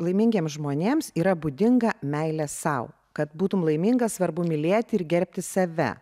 laimingiems žmonėms yra būdinga meilė sau kad būtum laiminga svarbu mylėti ir gerbti save